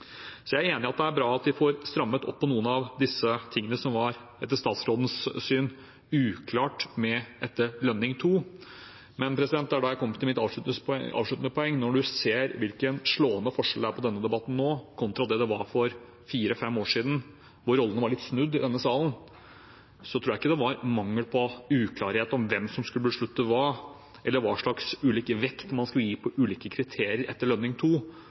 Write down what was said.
Så jeg er enig i at det er bra at vi får strammet opp noen av de tingene som – etter statsrådens syn – var uklart etter Lønning II-utvalget. Men da kommer jeg til mitt avsluttende poeng: Når man ser hvilken slående forskjell det er på denne debatten nå og den som var for 4–5 år siden, da rollene var litt snudd i denne salen, tror jeg ikke det var mangel på klarhet om hvem som skulle beslutte hva, eller hva slags ulik vekt man skulle gi til ulike kriterier etter Lønning II-utvalget, som var det springende punktet da representanter fra både dagens to